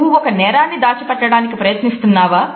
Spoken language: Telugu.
నువ్వు ఒక నేరాన్ని దాచిపెట్టడానికి ప్రయత్నిస్తున్నావా